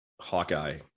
Hawkeye